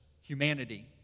humanity